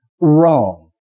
wrong